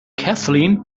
kathleen